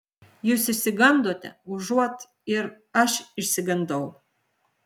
jūs išsigandote užuot ir aš išsigandau